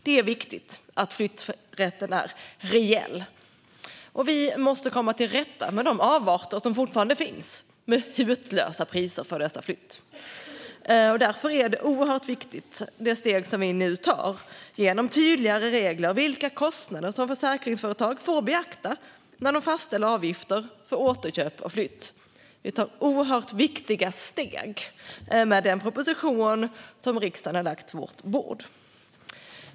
Det är viktigt att flytträtten är reell. Vi måste komma till rätta med de avarter som fortfarande finns med hutlösa priser för flyttar. Därför är det oerhört viktigt, det steg som vi nu tar genom tydligare regler för vilka kostnader som försäkringsföretag får beakta när de fastställer avgifter för återköp och flytt. Vi tar oerhört viktiga steg med den proposition som regeringen har lagt på vårt bord.